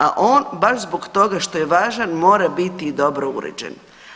A on baš zbog toga što je važan mora biti i dobro uređen.